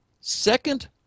second